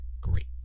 great